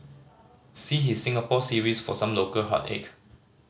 see his Singapore series for some local heartache